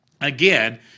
again